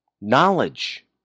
knowledge